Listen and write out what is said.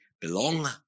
belong